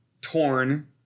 torn